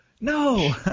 no